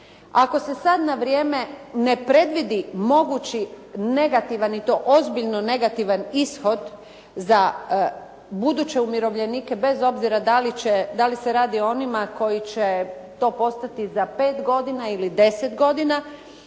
ako se sad na vrijeme ne predvidi mogući negativan i to ozbiljno negativan ishod za buduće umirovljenike, bez obzira da li se radi o onima koji će to postati za 5 godina ili 10 godina,